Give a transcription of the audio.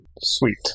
Sweet